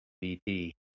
BT